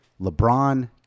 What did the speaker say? LeBron